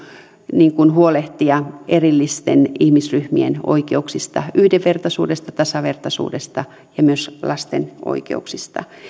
huolehtia erillisten ihmisryhmien oikeuksista yhdenvertaisuudesta tasavertaisuudesta ja myös lasten oikeuksista näyttää